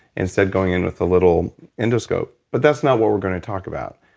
instead going in with a little endoscope. but that's not what we're going to talk about.